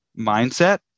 mindset